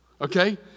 okay